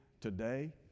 today